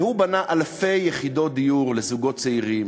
והוא בנה אלפי יחידות דיור לזוגות צעירים,